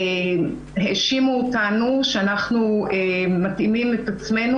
האשימו אותנו שאנחנו מתאימים את עצמנו